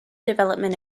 development